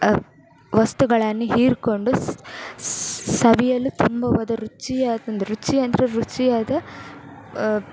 ವಸ್ತುಗಳನ್ನು ಹೀರಿಕೊಂಡು ಸವಿಯಲು ತುಂಬವಾದ ರುಚಿಯಾ ಒಂದು ರುಚಿ ಅಂದರೆ ರುಚಿಯಾದ